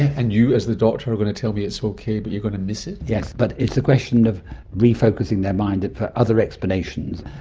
and you as the doctor are going to tell me it's okay but you're going to miss it? yes, but it's a question of refocusing their mind for other explanations.